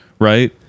right